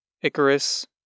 Icarus